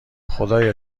خدایا